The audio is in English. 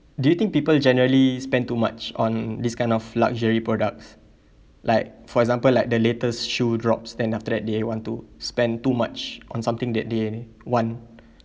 do you think people generally spend too much on this kind of luxury products like for example like the latest shoe drops then after that they want to spend too much on something that they want